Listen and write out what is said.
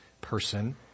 person